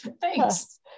Thanks